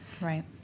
Right